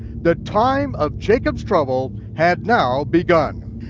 the time of jacob's trouble had now begun.